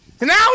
Now